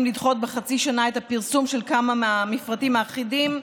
לדחות בחצי שנה את הפרסום של כמה מהמפרטים האחידים.